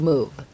Move